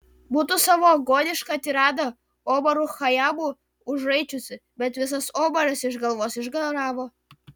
būtų savo agonišką tiradą omaru chajamu užraičiusi bet visas omaras iš galvos išgaravo